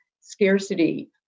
scarcity